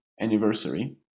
anniversary